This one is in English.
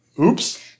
Oops